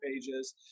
pages